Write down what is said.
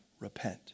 repent